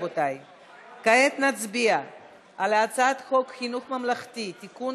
כעת נצביע על הצעת חוק חינוך ממלכתי (תיקון,